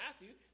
Matthew